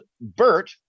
Bert